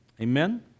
amen